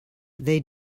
they